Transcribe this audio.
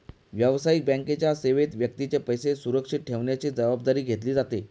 व्यावसायिक बँकेच्या सेवेत व्यक्तीचे पैसे सुरक्षित ठेवण्याची जबाबदारी घेतली जाते